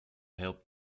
help